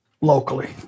locally